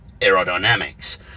aerodynamics